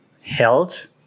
held